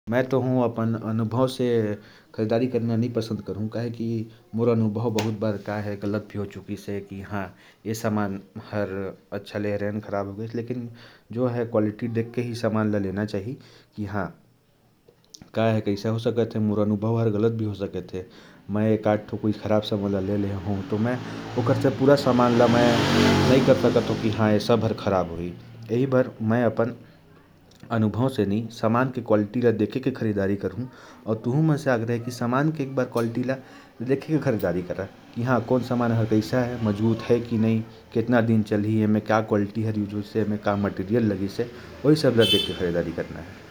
मैं अपने अनुभव से सामान लेना पसंद नहीं करता हूँ। एक-दो बार मेरा अनुभव गलत साबित हो चुका है, इसी कारण मैं सामान की गुणवत्ता देखकर खरीदारी करना पसंद करता हूँ।